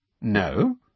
No